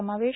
समावेश